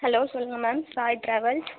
hello சொல்லுங்க ma'am Sai travels